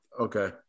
Okay